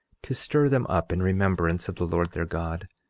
to stir them up in remembrance of the lord their god,